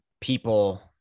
people